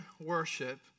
worship